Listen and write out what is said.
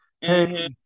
Hey